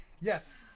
Yes